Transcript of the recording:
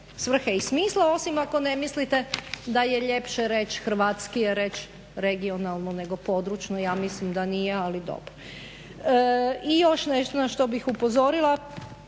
svrhe i smisla osim ako ne mislite da je ljepše reć, hrvatskije reć regionalno nego područno. Ja mislim da nije ali dobro. I još nešto na što bih upozorila,